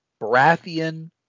Baratheon